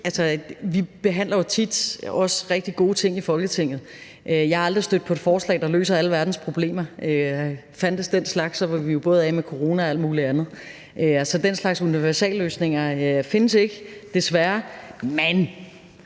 Vi behandler jo tit rigtig gode ting i Folketinget. Jeg har aldrig stødt på et forslag, der løser alle verdens problemer. Fandtes den slags, var vi jo både af med corona og alt muligt andet. Så den slags universalløsninger findes ikke, desværre. Men